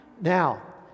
Now